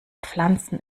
pflanzen